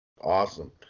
Awesome